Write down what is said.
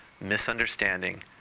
misunderstanding